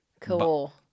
Cool